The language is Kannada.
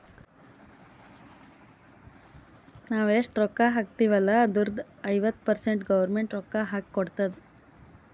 ನಾವ್ ಎಷ್ಟ ರೊಕ್ಕಾ ಹಾಕ್ತಿವ್ ಅಲ್ಲ ಅದುರ್ದು ಐವತ್ತ ಪರ್ಸೆಂಟ್ ಗೌರ್ಮೆಂಟ್ ರೊಕ್ಕಾ ಹಾಕಿ ಕೊಡ್ತುದ್